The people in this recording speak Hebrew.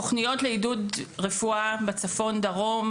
למשרד הבריאות יש תוכניות לעידוד רפואה בצפון ובדרום.